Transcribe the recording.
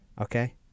Okay